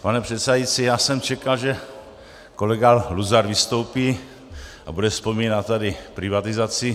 Pane předsedající, já jsem čekal, že kolega Luzar vystoupí a bude vzpomínat tady privatizaci.